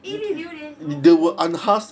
一粒榴莲如果